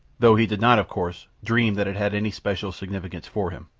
though he did not, of course, dream that it had any special significance for him.